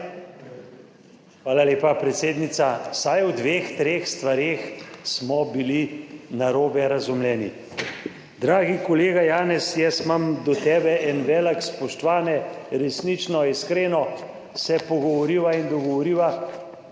Hvala lepa, predsednica. Vsaj v dveh, treh stvareh smo bili narobe razumljeni. Dragi kolega Janez, jaz imam do tebe en velik, spoštovane, resnično iskreno se pogovoriva in dogovoriva,